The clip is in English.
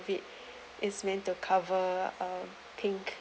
it it's meant to cover um pink